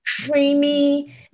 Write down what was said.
creamy